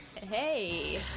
Hey